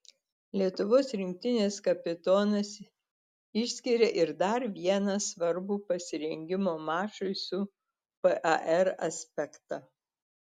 lietuvos rinktinės kapitonas išskiria ir dar vieną svarbų pasirengimo mačui su par aspektą